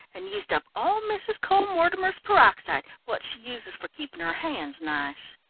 and used up all mrs. cole-mortimer's peroxide, what she uses for keeping her hands nice.